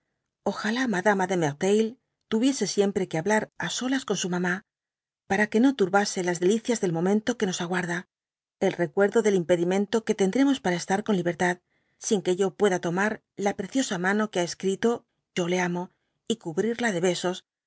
ojala madama de merteuil tuviese siempre que hablar á solas con su mamá para que no turbase las delicias del momento que nos aguarda el recuerdo del impedimento que tendremos para estar con libertad sin que pueda tomar k preciosa mano que ha escrito jro le amo y cubrirla de besos